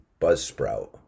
Buzzsprout